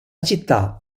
città